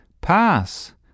Pass